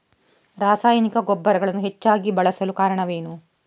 ರಾಸಾಯನಿಕ ಗೊಬ್ಬರಗಳನ್ನು ಹೆಚ್ಚಾಗಿ ಬಳಸಲು ಕಾರಣವೇನು?